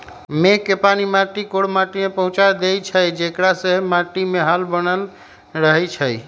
मेघ के पानी माटी कोर माटि में पहुँचा देइछइ जेकरा से माटीमे हाल बनल रहै छइ